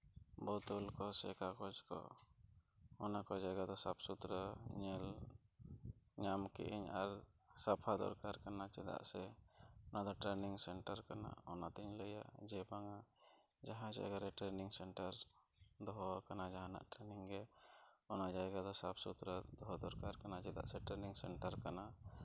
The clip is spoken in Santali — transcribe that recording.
ᱵᱚᱫᱚᱞ ᱠᱚ ᱥᱮ ᱠᱟᱜᱚᱡᱽ ᱠᱚ ᱚᱱᱟᱠᱚ ᱡᱟᱭᱜᱟ ᱫᱚ ᱥᱟᱯᱷ ᱥᱩᱛᱨᱟᱹ ᱧᱮᱞᱧᱟᱢ ᱠᱮᱜᱼᱟᱹᱧ ᱟᱨ ᱥᱟᱯᱷᱟ ᱫᱚᱨᱠᱟᱨ ᱠᱟᱱᱟ ᱪᱮᱫᱟᱜ ᱥᱮ ᱚᱱᱟᱫᱚ ᱴᱨᱮᱱᱤᱝ ᱥᱮᱱᱴᱟᱨ ᱠᱟᱱᱟ ᱚᱱᱟᱛᱤᱧ ᱞᱟᱹᱭᱟ ᱡᱮ ᱵᱟᱝᱼᱟ ᱡᱟᱦᱟᱸ ᱡᱟᱭᱜᱟᱨᱮ ᱴᱨᱮᱱᱤᱝ ᱥᱮᱱᱴᱟᱨ ᱫᱚᱦᱚᱣᱟᱠᱟᱱᱟ ᱡᱟᱦᱟᱱᱟᱜ ᱴᱨᱮᱱᱤᱝ ᱜᱮ ᱚᱱᱟ ᱡᱟᱭᱜᱟ ᱫᱚ ᱥᱟᱯᱷᱼᱥᱩᱛᱨᱟᱹ ᱫᱚᱦᱚ ᱫᱚᱨᱠᱟᱨ ᱠᱟᱱᱟ ᱪᱮᱫᱟᱜ ᱥᱮ ᱴᱨᱮᱱᱤᱝ ᱥᱮᱱᱴᱟᱨ ᱠᱟᱱᱟ